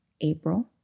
April